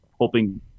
hoping